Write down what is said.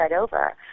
over